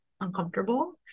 uncomfortable